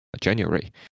January